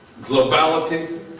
globality